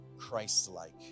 Christ-like